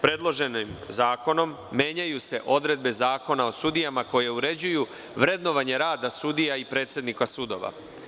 Predloženim zakonom menjaju se odredbe Zakona o sudijama koji uređuju vrednovanje rada sudija i predsednika sudova.